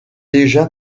déjà